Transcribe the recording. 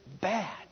bad